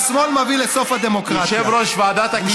בושה וחרפה.